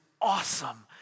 awesome